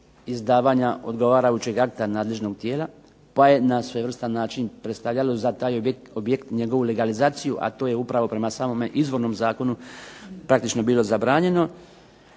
izdavanja odgovarajućeg akta nadležnog tijela pa je na svojevrstan način predstavljalo za taj objekt njegovu legalizaciju, a to je upravo prema samome izvornom zakonu praktično bilo zabranjeno